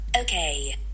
Okay